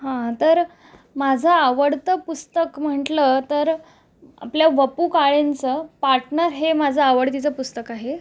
हं तर माझं आवडतं पुस्तक म्हटलं तर आपल्या वपु काळेंचं पार्टनर हे माझं आवडतीचं पुस्तक आहे